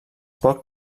pot